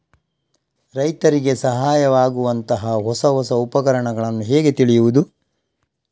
ರೈತರಿಗೆ ಸಹಾಯವಾಗುವಂತಹ ಹೊಸ ಹೊಸ ಉಪಕರಣಗಳನ್ನು ಹೇಗೆ ತಿಳಿಯುವುದು?